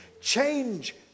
Change